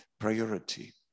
Priority